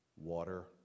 water